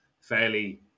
fairly